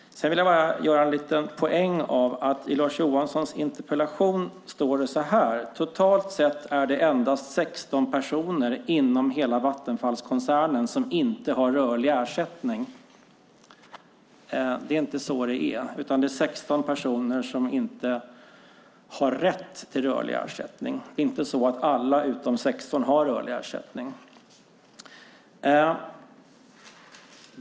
Jag vill göra en liten poäng av att det i Lars Johanssons interpellation står följande: "Totalt sett är det endast 16 personer inom hela Vattenfallskoncernen som inte har rörlig ersättning..." Det är inte så det är, utan det är 16 personer som inte har rätt till rörlig ersättning. Det är inte så att alla utom 16 personer har rörlig ersättning.